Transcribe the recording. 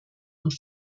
und